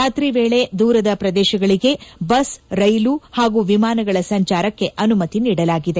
ರಾತ್ರಿ ವೇಳೆ ದೂರದ ಪ್ರದೇಶಗಳಿಗೆ ಬಸ್ ರೈಲು ಹಾಗೂ ವಿಮಾನಗಳ ಸಂಚಾರಕ್ಕೆ ಅನುಮತಿ ನೀಡಲಾಗಿದೆ